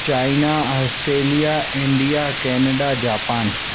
China Australia India Canada Japan